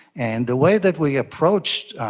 and the way that we approached,